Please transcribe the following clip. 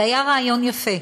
זה היה רעיון יפה,